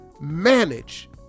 manage